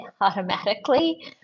automatically